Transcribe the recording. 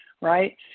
right